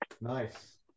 Nice